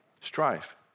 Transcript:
strife